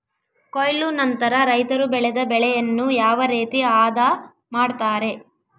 ಕೊಯ್ಲು ನಂತರ ರೈತರು ಬೆಳೆದ ಬೆಳೆಯನ್ನು ಯಾವ ರೇತಿ ಆದ ಮಾಡ್ತಾರೆ?